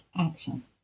action